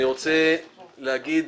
אני רוצה להגיד